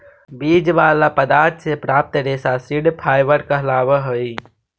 बीज वाला पदार्थ से प्राप्त रेशा सीड फाइबर कहलावऽ हई